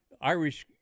Irish